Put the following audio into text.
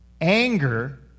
Anger